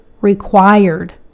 required